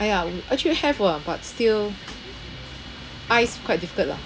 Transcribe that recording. !aiya! we actually have !wah! but still ice quite difficult lah